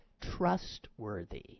trustworthy